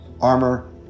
armor